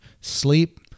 sleep